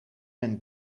een